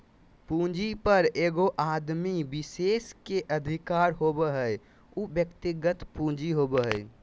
पूंजी पर एगो आदमी विशेष के अधिकार होबो हइ उ व्यक्तिगत पूंजी होबो हइ